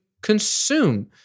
consume